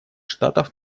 штатов